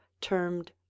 termed